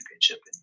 championship